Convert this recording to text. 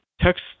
text